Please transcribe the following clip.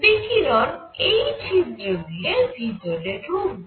বিকিরণ এই ছিদ্র দিয়ে ভিতরে ঢুকবে